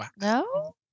No